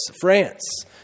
France